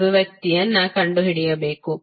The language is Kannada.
ಅಭಿವ್ಯಕ್ತಿಯನ್ನು ಕಂಡುಹಿಡಿಯಬೇಕು